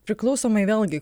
priklausomai vėlgi